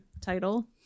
title